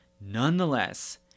nonetheless